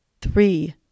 three